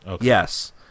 Yes